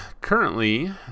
currently